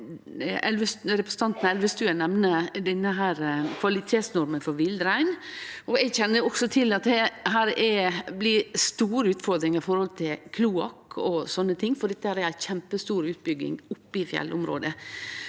Representanten Elvestuen nemner kvalitetsnorma for villrein, og eg kjenner også til at det blir store utfordringar når det gjeld kloakk og slikt, for dette er ei kjempestor utbygging oppe i fjellområdet.